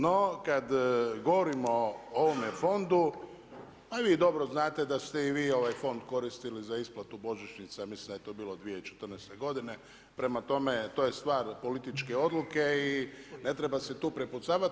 No kada govorimo o ovome fondu, a i vi dobro znate da ste i vi ovaj fond koristili za isplatu božićnica, mislim da je to bilo 2014. godine, prema tome to je stvar političke odluke i ne treba se tu prepucavat.